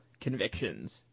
convictions